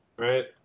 right